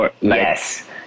Yes